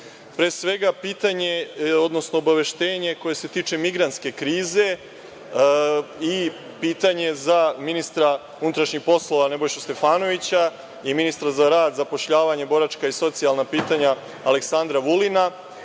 svega, pitanje, odnosno obaveštenje koje se tiče migrantske krize i pitanje za ministra unutrašnjih poslova Nebojšu Stefanovića i ministra za rad, zapošljavanje, boračka i socijalna pitanja Aleksandra Vulina,